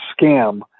scam